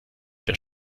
der